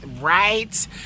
right